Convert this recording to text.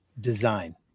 design